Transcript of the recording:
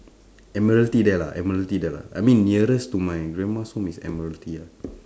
admiralty there lah admiralty there lah I mean nearest to my grandma's home is admiralty ah